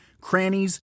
crannies